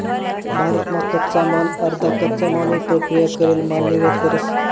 भारत मा कच्चा माल अर्धा कच्चा मालवर प्रक्रिया करेल माल निर्यात करस